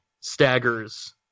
staggers